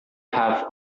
have